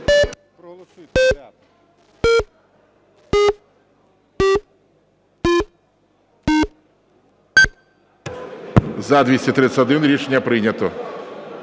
За-231 Рішення прийнято.